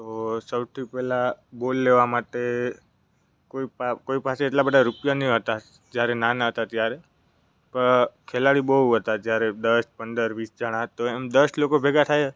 તો સૌથી પહેલાં બોલ લેવા માટે કોઈ પા કોઈ પાસે એટલા બધા રૂપિયા નહીં હોતા જ્યારે નાના હતા ત્યારે પણ ખેલાડી બહુ હતા જ્યારે દસ પંદર વીસ જણા તો એમ દસ લોકો ભેગા થઈએ